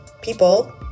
people